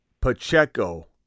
Pacheco